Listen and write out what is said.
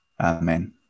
Amen